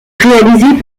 réalisés